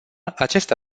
acesta